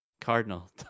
Cardinal